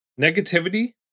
Negativity